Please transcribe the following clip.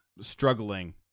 struggling